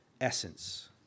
essence